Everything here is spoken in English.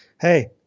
Hey